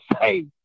say